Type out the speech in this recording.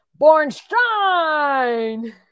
Bornstein